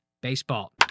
baseball